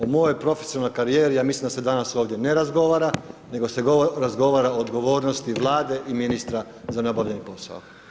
O mojoj profesionalnoj karijeri ja mislim da se danas ovdje ne razgovara nego se razgovara o odgovornosti Vlade i ministra za neobavljeni posao.